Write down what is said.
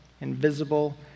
invisible